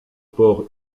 port